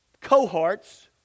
cohorts